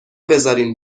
بذارین